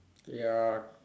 ya